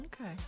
Okay